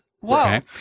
Whoa